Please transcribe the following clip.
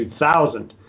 2000